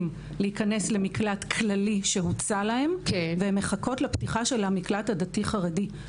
להיכנס למקלט כללי שהוצע להן והן מחכות לפתיחת המקלט הדתי חרדי.